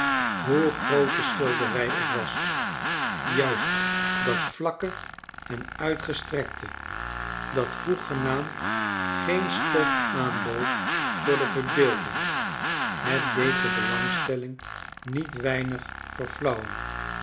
hoe groot de schilderij ook was juist dat vlakke en uitgestrekte dat hoegenaamdgeenstof aanbood voor de verbeelding het deed de belangstelling niet weinig verflauwen